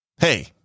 Hey